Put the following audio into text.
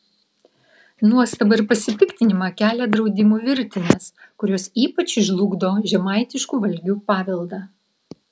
nuostabą ir pasipiktinimą kelia draudimų virtinės kurios ypač žlugdo žemaitiškų valgių paveldą